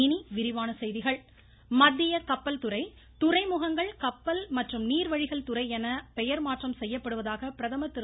இனி விரிவான செய்திகள் பிரதமர் மத்திய கப்பல் துறை துறைமுகங்கள் கப்பல் மற்றும் நீர்வழிகள் துறை என பெயர் மாற்றம் செய்யப்படுவதாக பிரதமர் திரு